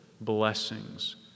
blessings